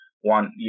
one